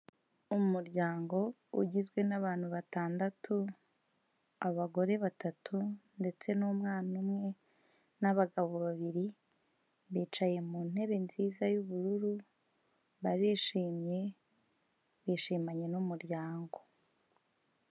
Umuryango ugizwe n'abantu batandatu, abagore batatu ndetse n'umwana umwe, n'abagabo babiri bicaye mu ntebe nziza y'ubururu, barishimye bishimanye n'umuryango.